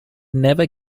never